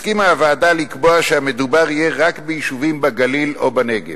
הסכימה הוועדה לקבוע שהמדובר יהיה רק ביישובים בגליל או בנגב,